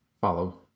follow